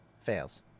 Fails